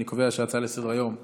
אני קובע שההצעה לסדר-היום נתקבלה,